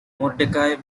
mordecai